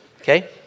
okay